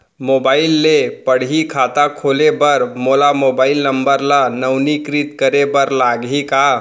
Mobile से पड़ही खाता खोले बर मोला मोबाइल नंबर ल नवीनीकृत करे बर लागही का?